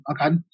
Akan